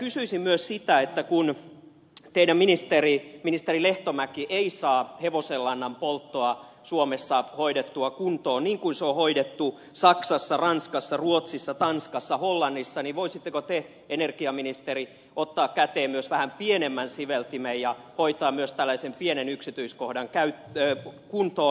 kysyisin myös sitä että kun teidän ministerinne lehtomäki ei saa hevosenlannan polttoa suomessa hoidettua kuntoon niin kuin se on hoidettu saksassa ranskassa ruotsissa tanskassa hollannissa niin voisitteko te energiaministeri ottaa käteen myös vähän pienemmän siveltimen ja hoitaa myös tällaisen pienen yksityiskohdan kuntoon